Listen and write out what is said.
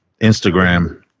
instagram